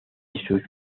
sus